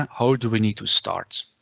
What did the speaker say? how do we need to start?